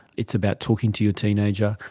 it's about talking to your teenager,